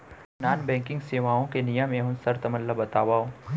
non banking सेवाओं के नियम एवं शर्त मन ला बतावव